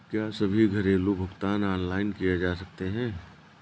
क्या सभी घरेलू भुगतान ऑनलाइन किए जा सकते हैं?